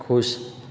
खुश